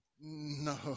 No